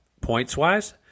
points-wise